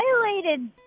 violated